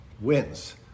wins